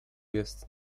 jest